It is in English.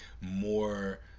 more